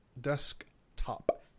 desktop